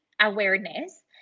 awareness